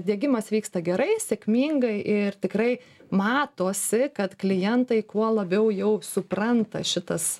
diegimas vyksta gerai sėkmingai ir tikrai matosi kad klientai kuo labiau jau supranta šitas